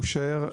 הוא יישאר,